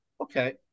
okay